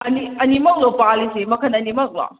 ꯑꯅꯤ ꯑꯅꯤꯃꯛꯂꯣ ꯄꯥꯜꯂꯤꯁꯤ ꯃꯈꯟ ꯑꯅꯤꯃꯛꯂꯣ